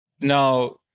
Now